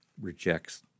rejects